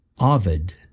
Ovid